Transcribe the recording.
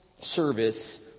service